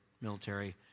military